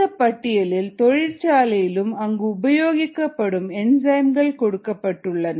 இந்தப் பட்டியலில் தொழிற்சாலையும் அங்கு உபயோகிக்கப்படும் என்சைம்கள் கொடுக்கப்பட்டுள்ளன